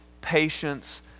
patience